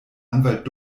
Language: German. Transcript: anwalt